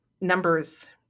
numbers